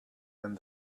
and